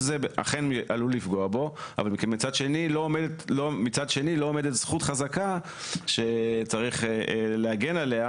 אכן זה עלול לפגוע בו אבל מצד שני לא עומדת זכות חזקה שצריך להגן עליה